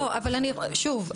שוב,